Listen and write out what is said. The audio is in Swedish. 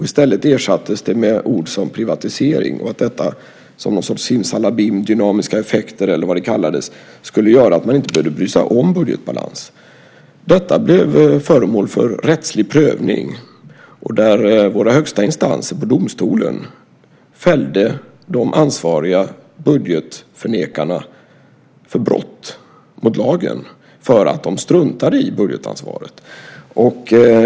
I stället ersattes det med ord som "privatisering" och att detta, som någon sorts simsalabim, dynamiska effekter eller vad det kallades, skulle göra att man inte behövde bry sig om budgetbalans. Detta blev föremål för rättslig prövning, och våra högsta instanser i domstolarna fällde de ansvariga budgetförnekarna för brott mot lagen för att de struntade i budgetansvaret.